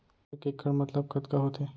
एक इक्कड़ मतलब कतका होथे?